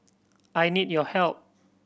I need your help